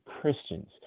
Christians